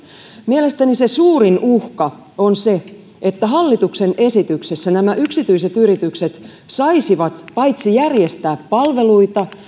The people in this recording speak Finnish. mielestäni se suurin uhka on se että hallituksen esityksessä nämä yksityiset yritykset saisivat paitsi järjestää palveluita